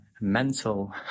mental